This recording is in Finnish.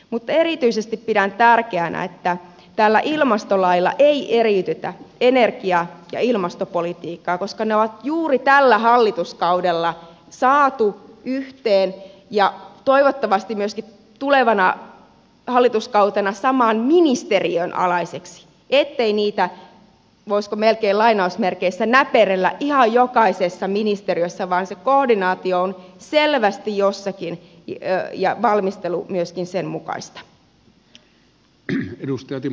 mutta erityisesti pidän tärkeänä että tällä ilmastolailla ei eriytetä energia ja ilmastopolitiikkaa koska ne on juuri tällä hallituskaudella saatu yhteen ja toivottavasti tulevana hallituskautena myöskin saman ministeriön alaiseksi ettei niitä voisiko melkein sanoa lainausmerkeissä näperrellä ihan jokaisessa ministeriössä vaan se koordinaatio on selvästi jossakin ja myöskin valmistelu sen mukaista